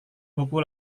buku